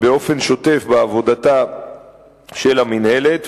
באופן שוטף בעבודתה של המינהלת,